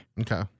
Okay